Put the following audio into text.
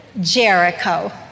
Jericho